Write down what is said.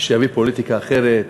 שיביא פוליטיקה אחרת,